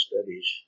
studies